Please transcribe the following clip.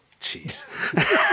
Jeez